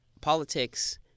politics